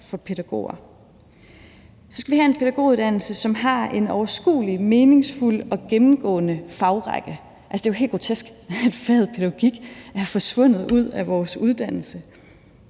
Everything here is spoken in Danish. for pædagoger. Så skal vi desuden have en pædagoguddannelse, som har en overskuelig, meningsfuld og gennemgående fagrække. Det er jo helt grotesk, at faget pædagogik er forsvundet ud af vores uddannelse.